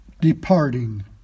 departing